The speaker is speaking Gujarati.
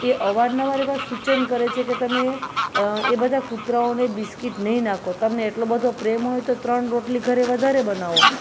એ અવારનવાર એવાં સૂચન કરે છે કે તમે એ બધા કૂતરાઓને બિસ્કીટ નહીં નાખો તમને એટલો બધો પ્રેમ હોય તો ત્રણ રોટલી ઘરે વધારે બનાવો